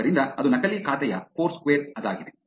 ಆದ್ದರಿಂದ ಅದು ನಕಲಿ ಖಾತೆಯ ಫೋರ್ಸ್ಕ್ವೇರ್ ಅದಾಗಿದೆ